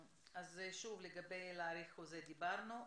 שוב, לגבי הארכת חוזה דיברנו.